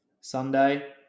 Sunday